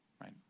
right